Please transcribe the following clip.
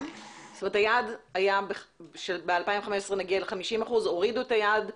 היעד היה שב-2015 נגיע ל-50%; הורידו את היעד,